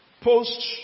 Post